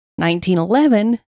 1911